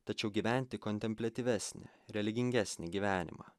tačiau gyventi kontempliatyvesnį religingesnį gyvenimą